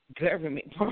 government